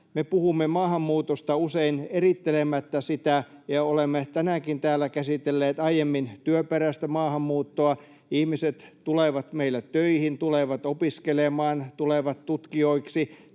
puhumme maahanmuutosta usein erittelemättä sitä, ja olemme tänäänkin täällä käsitelleet aiemmin työperäistä maahanmuuttoa. Ihmiset tulevat meille töihin, tulevat opiskelemaan, tulevat tutkijoiksi,